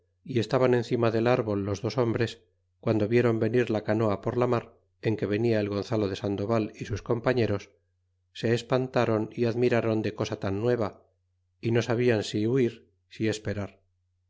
y estaban encima del árbol los dos hombres guando vieron venir la canoa por la mar en que venia el gonzalo de sandoval y sus compañeros se espantron y admirron de cosa tan nueva y no sabian si huir si esperar